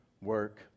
work